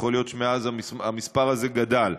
יכול להיות שמאז המספר הזה גדל.